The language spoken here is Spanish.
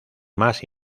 más